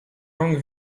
langue